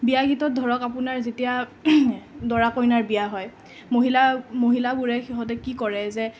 বিয়া গীতত ধৰক আপোনাৰ যেতিয়া দৰা কইনাৰ বিয়া হয় মহিলা মহিলাবোৰে সিহঁতে কি কৰে যে